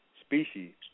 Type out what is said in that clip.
species